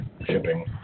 shipping